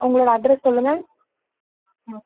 உங்களோடய அட்ரஸ் சொல்லுங்கள் ஆ